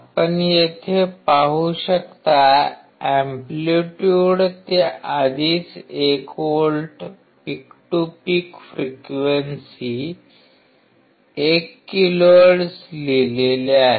आपण येथे पाहू शकता एम्पलीट्युड ते आधीच one volt peak to peak frequency 1 kilohertz लिहिलेले आहे